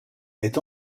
est